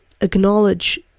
acknowledge